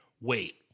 wait